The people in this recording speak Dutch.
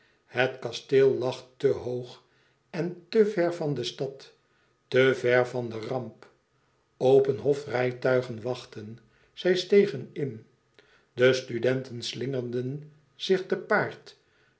het kasteel lag te hoog en te ver van de stad te ver van de ramp open hofrijtuigen wachtten zij stegen in de studenten slingerden zich te paard